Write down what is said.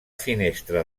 finestra